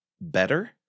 better